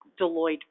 Deloitte